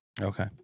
Okay